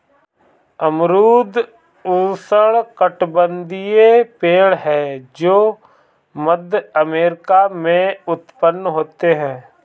अमरूद उष्णकटिबंधीय पेड़ है जो मध्य अमेरिका में उत्पन्न होते है